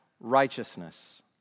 righteousness